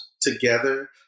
together